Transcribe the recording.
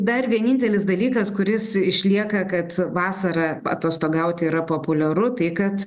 dar vienintelis dalykas kuris išlieka kad vasarą paatostogauti yra populiaru tai kad